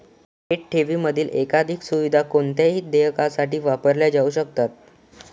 थेट ठेवींमधील एकाधिक सुविधा कोणत्याही देयकासाठी वापरल्या जाऊ शकतात